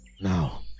now